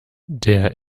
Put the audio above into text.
der